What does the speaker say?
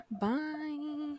bye